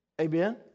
Amen